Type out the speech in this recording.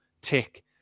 tick